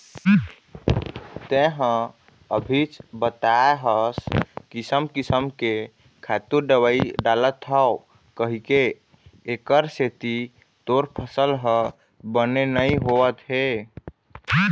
तेंहा अभीच बताए हस किसम किसम के खातू, दवई डालथव कहिके, एखरे सेती तोर फसल ह बने नइ होवत हे